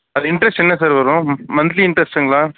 அது இன்ட்ரஸ்ட்டு என்ன சார் வரும் மந்த்லி இன்ட்ரஸ்ட்டுங்ளா